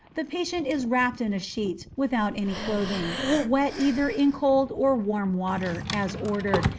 the patient is wrapped in a sheet, without any clothing, wet either in cold or warm water, as ordered,